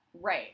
Right